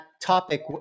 topic